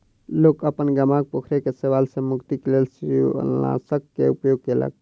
लोक अपन गामक पोखैर के शैवाल सॅ मुक्तिक लेल शिवालनाशक के उपयोग केलक